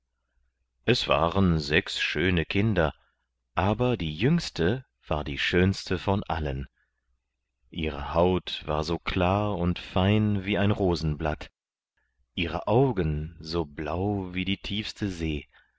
es waren sechs schöne kinder aber die jüngste war die schönste von allen ihre haut war so klar und fein wie ein rosenblatt ihre augen so blau wie die tiefste see